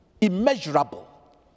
immeasurable